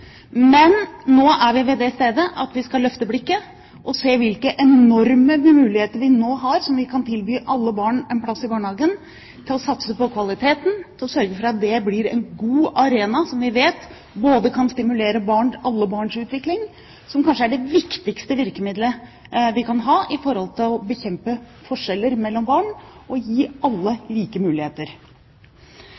Men nå er vi ved det stedet der vi skal løfte blikket og se hvilke enorme muligheter vi nå har til å tilby alle barn en plass i barnehagen, til å satse på kvaliteten og til å sørge for at det blir en god arena som vi vet kan stimulere alle barns utvikling, som kanskje er det viktigste virkemidlet vi kan ha for å bekjempe forskjeller mellom barn og gi alle